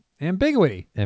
Ambiguity